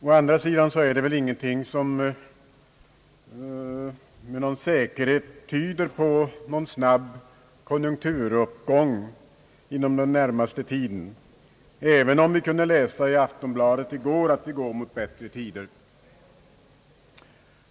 Å andra sidan finns det ingenting som med säkerhet tyder på en snabb konjunkturuppgång inom den närmaste tiden, även om vi i går kunde läsa i Aftonbladet att vi går mot bättre tider.